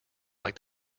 like